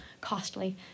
costly